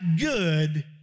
good